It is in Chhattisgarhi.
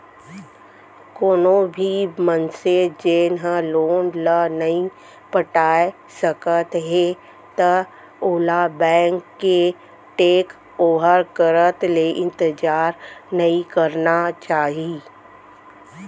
कोनो भी मनसे जेन ह लोन ल नइ पटाए सकत हे त ओला बेंक के टेक ओवर करत ले इंतजार नइ करना चाही